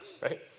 right